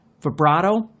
vibrato